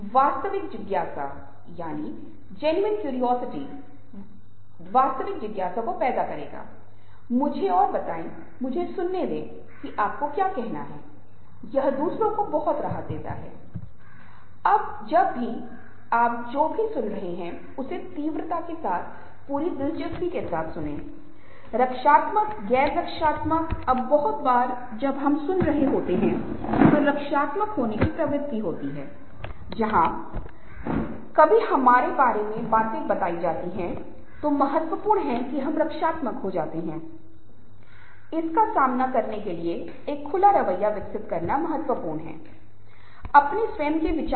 धीरज उनके पास सुनने के लिए बहुत सारा धीरज हैं सहायक वे लोगों की सहायता के लिए आगे आने के लिए मदद करते हैं जो मुद्दों के लिए बहुत खुले हैं समस्या के लिए चर्चा और सुलह के लिए इस तरह के लोग इसका मतलब यह मानते हैं कि अगर उन्हें कुछ कड़वा अनुभव था या दूसरों के साथ कुछ समस्या थी तो सहकर्मियों के साथ कुछ समस्या थी वे बस माफ कर देंगे और भूल जाएंगे ऐसा नहीं है कि वे उस मुद्दे घटना को हमेशा याद रखेंगे